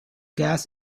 gas